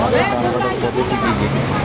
ধান কাটার পদ্ধতি কি কি?